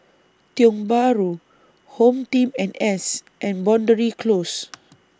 Tiong Bahru HomeTeam N S and Boundary Close